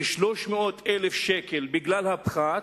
כ-300,000 שקל, בגלל הפחת.